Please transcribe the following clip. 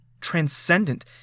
transcendent